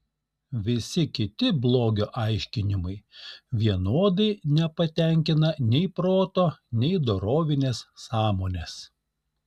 visi kiti blogio aiškinimai vienodai nepatenkina nei proto nei dorovinės sąmonės